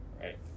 right